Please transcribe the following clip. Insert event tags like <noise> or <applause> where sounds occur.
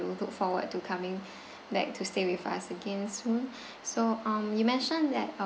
and you will look forward to coming <breath> back to stay with us again soon so um you mentioned that